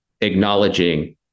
acknowledging